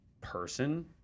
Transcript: person